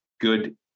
good